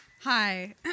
Hi